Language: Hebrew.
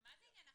מה זה עניין אחר?